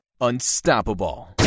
unstoppable